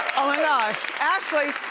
oh my gosh, ashley